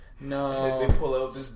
no